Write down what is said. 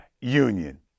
Union